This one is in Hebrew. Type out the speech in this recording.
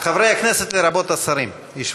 חברי הכנסת, לרבות השרים, ישבו.